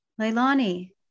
Leilani